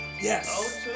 yes